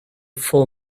full